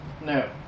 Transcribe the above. No